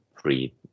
free